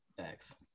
thanks